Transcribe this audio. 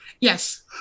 Yes